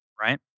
right